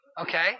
Okay